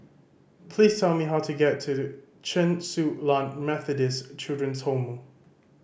please tell me how to get to Chen Su Lan Methodist Children's Home